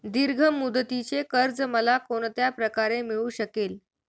दीर्घ मुदतीचे कर्ज मला कोणत्या प्रकारे मिळू शकेल?